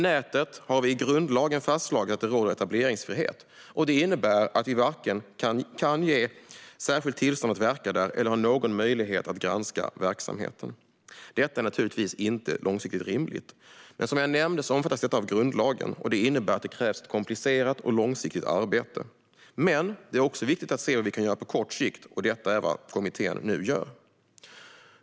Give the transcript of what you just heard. Vi har i grundlagen fastslagit att det på nätet råder etableringsfrihet, och det innebär att vi varken kan ge särskilt tillstånd att verka där eller har någon möjlighet att granska verksamheten. Detta är naturligtvis inte långsiktigt rimligt. Som jag nämnde omfattas detta av grundlagen, vilket innebär att det krävs ett långsiktigt arbete. Men det är också viktigt att se vad vi kan göra på kort sikt, och detta är vad kommittén nu gör.